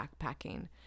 backpacking